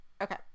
okay